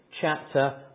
chapter